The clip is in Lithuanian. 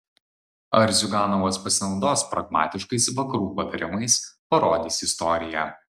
ar ziuganovas pasinaudos pragmatiškais vakarų patarimais parodys istorija